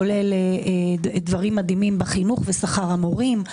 כולל דברים מדהימים בחינוך ושכר המורים.